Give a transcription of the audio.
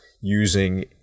using